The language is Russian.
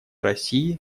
россии